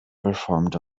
performed